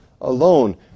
alone